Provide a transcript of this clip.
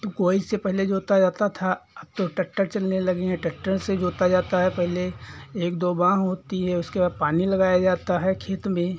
तो कोई से पहले जोता जाता था अब तो ट्रैक्टर चलने लगे हैं ट्रैक्टर से जोता जाता है पहिले एक दो बाँ होती है उसके बाद पानी लगाया जाता है खेत में